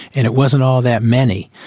and it wasn't all that many.